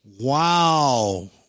wow